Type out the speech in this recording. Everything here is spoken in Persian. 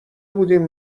بودیم